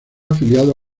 afiliado